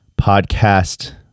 podcast